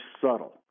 subtle